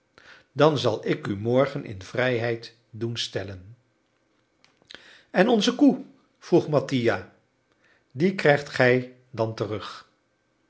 dan zal ik u morgen in vrijheid doen stellen en onze koe vroeg mattia die krijgt gij dan terug